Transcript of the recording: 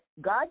God